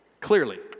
clearly